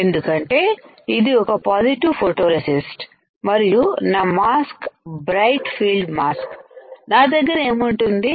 ఎందుకంటే ఇది ఒక పాజిటివ్ ఫోటోరెసిస్ట్ మరియు నా మాస్క్ బ్రైట్ ఫీల్డ్ మాస్క్ నా దగ్గర ఏముంటుంది